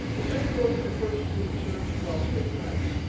the same goes for purchasing insurance across state lines.